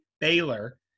Baylor